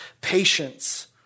patience